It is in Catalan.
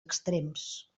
extrems